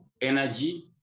energy